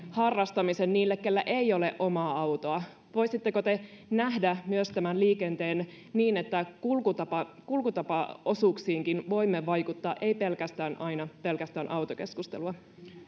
harrastamisen niille eläkeläisille joilla ei ole omaa autoa voisitteko te nähdä myös liikenteen niin että kulkutapaosuuksiinkin kulkutapaosuuksiinkin voimme vaikuttaa ei aina pelkästään autokeskustelua